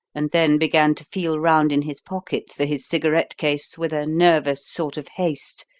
and then began to feel round in his pockets for his cigarette case with a nervous sort of haste,